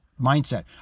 mindset